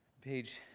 page